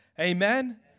Amen